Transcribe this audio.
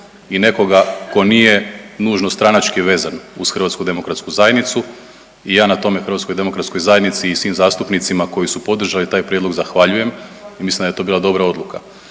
i nekoga tko nije nužno stranački vezan uz Hrvatsku demokratsku zajednicu i ja na tome Hrvatskoj demokratskoj zajednici i svim zastupnicima koji su podržali taj prijedlog zahvaljujem. Mislim da je to bila dobra odluka.